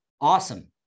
awesome